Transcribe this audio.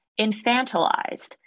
infantilized